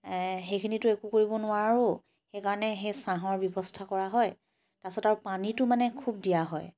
সেইখিনিটো একো কৰিব নোৱাৰোঁ সেইকাৰণে সেই ছাঁহৰ ব্যৱস্থা কৰা হয় তাৰ পাছত আৰু পানীটো মানে খুব দিয়া হয়